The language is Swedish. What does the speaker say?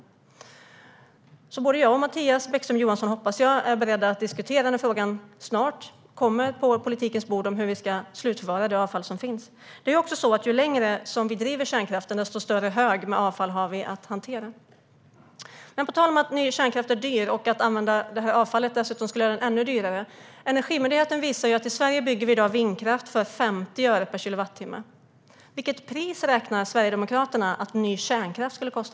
Jag hoppas att både jag och Mattias Bäckström Johansson är beredda att diskutera när frågan snart kommer på politikens bord om hur vi ska slutförvara det avfall som finns. Det är också så att ju längre vi driver kärnkraften, desto större hög med avfall har vi att hantera. Ny kärnkraft är dyr, och att använda avfallet skulle dessutom göra den ännu dyrare. Energimyndigheten visar att vi i dag i Sverige bygger vindkraft för 50 öre per kilowattimme. Vilket pris räknar Sverigedemokraterna med för vad ny kärnkraft skulle kosta?